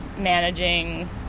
managing